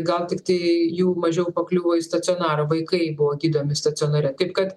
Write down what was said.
gal tiktai jų mažiau pakliūvo į stacionarą vaikai buvo gydomi stacionare kaip kad